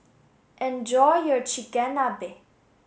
enjoy your Chigenabe